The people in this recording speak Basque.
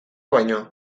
baino